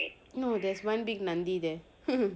no there's one big Nandi there